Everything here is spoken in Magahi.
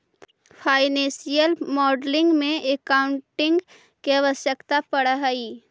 फाइनेंशियल मॉडलिंग में एकाउंटिंग के आवश्यकता पड़ऽ हई